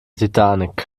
titanic